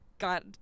Got